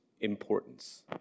importance